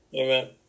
Amen